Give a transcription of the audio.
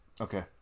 okay